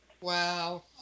Wow